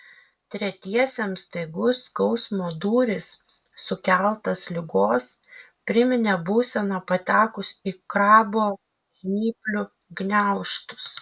tretiesiems staigus skausmo dūris sukeltas ligos priminė būseną patekus į krabo žnyplių gniaužtus